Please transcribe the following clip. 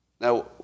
Now